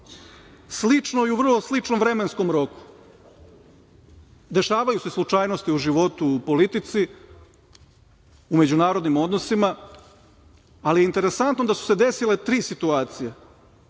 slično i u vrlo sličnom vremenskom roku. Dešavaju se slučajnosti u životu, u politici, u međunarodnim odnosima, ali interesantno je da su se desile tri situacije,